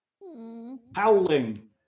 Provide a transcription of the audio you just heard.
Howling